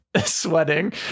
sweating